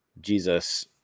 Jesus